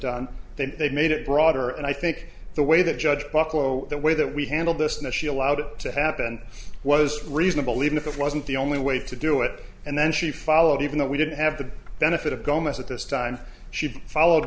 done then they made it broader and i think the way that judge bucko the way that we handled this and she allowed to happen was reasonable even if it wasn't the only way to do it and then she followed even though we didn't have the benefit of gomez at this time she followed